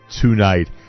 tonight